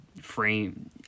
frame